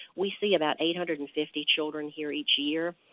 we see about eight hundred and fifty children here each year.